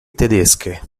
tedesche